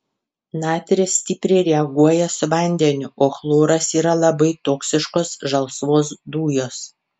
natris stipriai reaguoja su vandeniu o chloras yra labai toksiškos žalsvos dujos